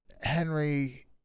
Henry